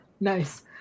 Nice